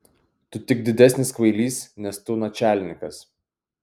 tu tik didesnis kvailys nes tu načialnikas